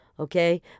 Okay